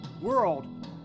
World